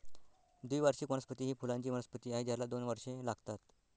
द्विवार्षिक वनस्पती ही फुलांची वनस्पती आहे ज्याला दोन वर्षे लागतात